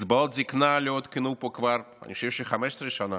אני חושב שקצבאות זקנה לא עודכנו פה כבר 15 שנה.